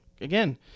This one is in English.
again